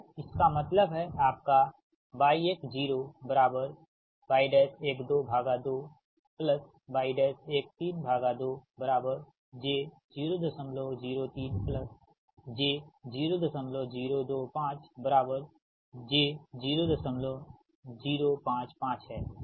तो इसका मतलब है आपका y10y122y132j003j0025j0055 है